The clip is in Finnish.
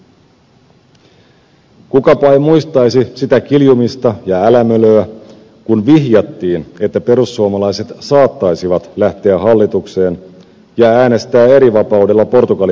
kukapa ei muistaisi sitä kiljumista ja älämölöä kun vihjattiin että perussuomalaiset saattaisivat lähteä hallitukseen ja äänestää erivapaudella portugali pakettia vastaan